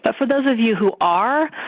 but for those of you who are,